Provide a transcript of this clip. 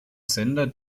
sender